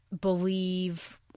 believe